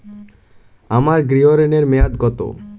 আমার গৃহ ঋণের মেয়াদ কত?